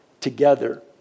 together